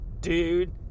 dude